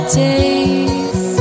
days